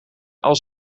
als